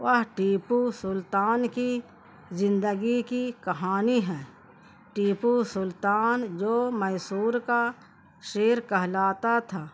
وہ ٹیپو سلطان کی زندگی کی کہانی ہے ٹیپو سلطان جو میسور کا شیر کہلاتا تھا